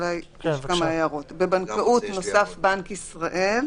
בבנקאות מוסף בנק ישראל.